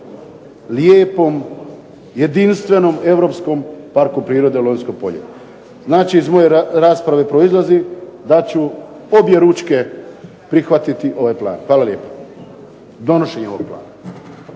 lijepom, jedinstvenom europskom Parku prirode Lonjsko polje. Znači, iz moje rasprave proizlazi da ću objeručke prihvatiti ovaj plan. Hvala lijepa. Donošenje ovog plana.